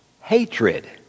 hatred